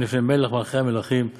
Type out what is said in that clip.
לפני מלך מלכי המלכים הקדוש-ברוך-הוא.